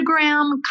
Instagram